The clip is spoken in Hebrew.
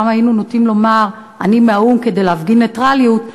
פעם היינו נוטים לומר "אני מהאו"ם" כדי להפגין נייטרליות,